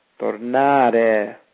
Tornare